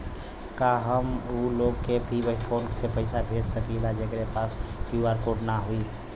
का हम ऊ लोग के भी फोन से पैसा भेज सकीला जेकरे पास क्यू.आर कोड न होई?